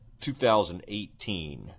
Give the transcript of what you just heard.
2018